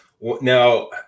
Now